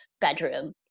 bedroom